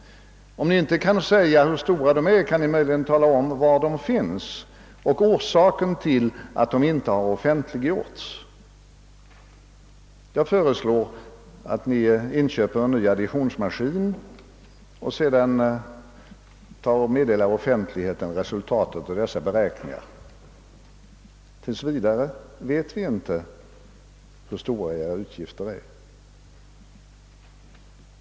Om ni inte kan säga hur stora summorna är, kan ni möjligen säga var siffrorna finns och vad orsaken är till att en sammanställning inte har offentliggjorts. Jag föreslår att ni inköper en ny additionsmaskin och sedan meddelar offentligheten resultatet av de beräkningar ni därmed kan göra. Tills vidare vet vi inte hur stora edra utgifter var.